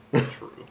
True